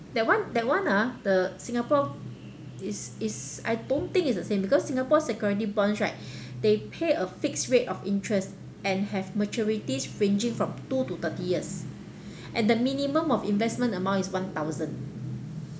that one that one ah the singapore is is I don't think it's the same because singapore's security bonds right they pay a fixed rate of interest and have maturities ranging from two to thirty years and the minimum of investment amount is one thousand